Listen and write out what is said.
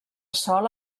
sol